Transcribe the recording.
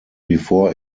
before